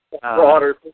broader